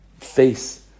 face